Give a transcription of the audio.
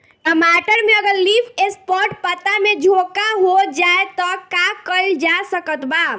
टमाटर में अगर लीफ स्पॉट पता में झोंका हो जाएँ त का कइल जा सकत बा?